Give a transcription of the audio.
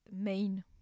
main